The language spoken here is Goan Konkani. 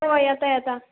वोय येता येता